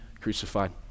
crucified